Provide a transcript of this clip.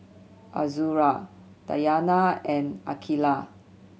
Azura Dayana and Aqeelah